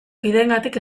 kideengatik